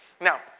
Now